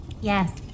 Yes